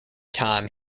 time